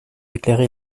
éclairer